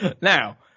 Now